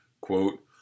quote